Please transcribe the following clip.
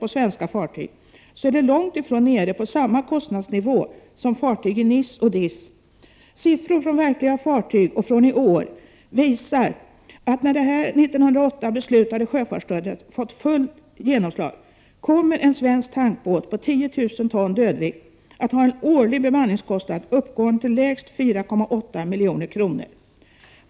1988/89:89 den kostnadsnivå som gäller för fartyg i NIS och DIS. Siffror från ”verkliga” 4 april 1989 fartyg i år visar, att när beslutet från 1988 om sjöfartsstödet får sitt fulla genomslag, kommer en svensk tankbåt på 10 000 tons dödvikt att ha en årlig a : bemanningskostnad uppgående till lägst 4,8 milj.kr.